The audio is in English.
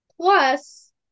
Plus